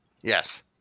Yes